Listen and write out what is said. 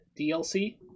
DLC